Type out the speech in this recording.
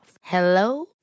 Hello